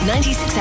96